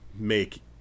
make